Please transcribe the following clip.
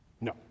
No